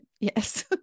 yes